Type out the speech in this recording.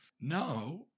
Now